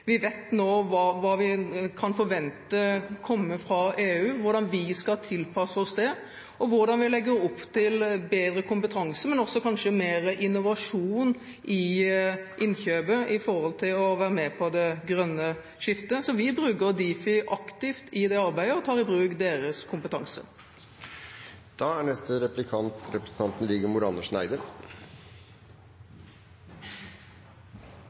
Vi vet nå hva vi kan forvente kommer fra EU, og hvordan vi skal tilpasse oss det, og hvordan vi legger opp til bedre kompetanse, men også kanskje mer innovasjon i innkjøpet i forhold til å være med på det grønne skiftet. Så vi bruker Difi aktivt i det arbeidet, og tar i bruk deres kompetanse. Det er